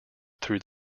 through